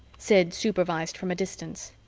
sid supervised from a distance.